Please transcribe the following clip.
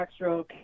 backstroke